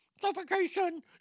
Suffocation